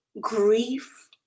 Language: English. grief